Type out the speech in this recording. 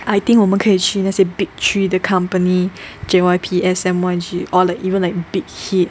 I think 我们可以去那些 big three 的 company J_Y_P S_M Y_G or even like Big Hit